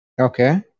okay